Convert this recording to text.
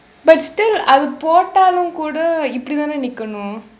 but still அது போட்டாலே கூட இப்படி தானே நிற்கணும்:athu pottaale kuda ippadi thane nirkanum